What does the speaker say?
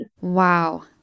Wow